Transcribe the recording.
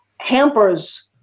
hampers